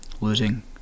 losing